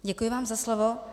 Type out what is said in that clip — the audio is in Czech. Děkuji vám za slovo.